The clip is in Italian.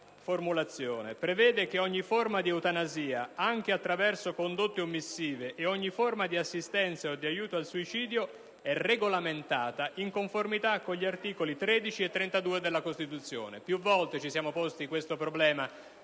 formulazione: «*e)* prevede che ogni forma di eutanasia, anche attraverso condotte omissive, e ogni forma di assistenza o di aiuto al suicidio, è regolamentata in conformità agli articoli 13 e 32 della Costituzione». Più volte ci siamo posti il problema